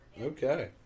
Okay